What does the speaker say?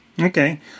Okay